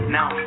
now